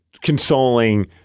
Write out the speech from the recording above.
consoling